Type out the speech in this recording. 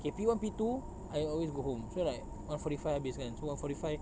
okay P one P two I always go home so like one forty five habis kan so one forty five